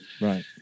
Right